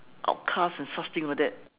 outcast and such thing like that